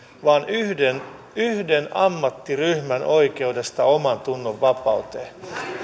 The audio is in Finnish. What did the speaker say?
vaan yhden ammattiryhmän oikeudesta omantunnonvapauteen